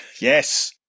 Yes